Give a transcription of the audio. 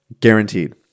guaranteed